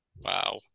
Wow